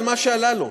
על מה שעלה לו,